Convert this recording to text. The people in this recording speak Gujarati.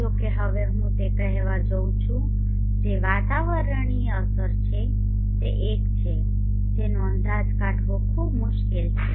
જો કે હવે હું તે કહેવા જઇ રહ્યો છું જે વાતાવરણીય અસરો છે તે એક છે જેનો અંદાજ કાઢવો ખૂબ મુશ્કેલ છે